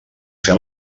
fer